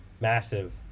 massive